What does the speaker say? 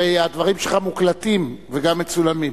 הרי הדברים שלך מוקלטים וגם מצולמים.